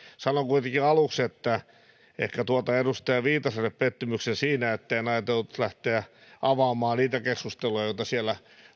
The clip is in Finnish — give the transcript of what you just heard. sanon kuitenkin aluksi että ehkä tuotan edustaja viitaselle pettymyksen siinä että en ajatellut lähteä avaamaan niitä keskusteluja joita siellä